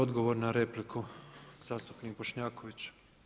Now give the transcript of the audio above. Odgovor na repliku zastupnik Bošnjaković.